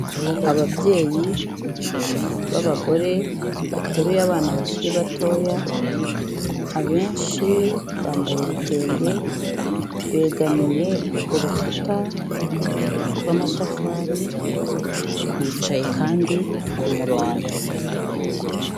Ababyeyi b'abagore bateruye abana bakiri batoya, abenshi bambaye ibitenge, begamiye urukuta rw'amatafari, bicaye kandi ku murongo.